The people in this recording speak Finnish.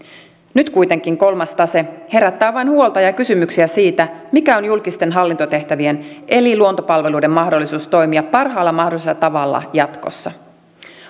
nyt kuitenkin kolmas tase herättää vain huolta ja kysymyksiä siitä mikä on julkisten hallintotehtävien eli luontopalveluiden mahdollisuus toimia parhaalla mahdollisella tavalla jatkossa